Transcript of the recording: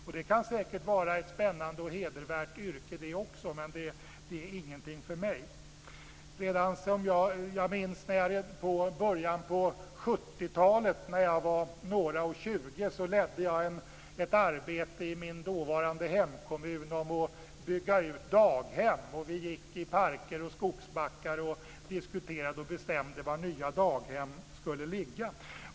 Och det kan säkert vara ett spännande och hedervärt yrke det också, men det är ingenting för mig. Jag minns när jag i början på 70-talet, när jag var några och 20 år, ledde ett arbete i min dåvarande hemkommun om att bygga ut daghem. Vi gick i parker och skogsbackar och diskuterade och bestämde var nya daghem skulle ligga.